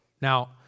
Now